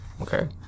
Okay